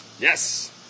Yes